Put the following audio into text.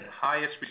highest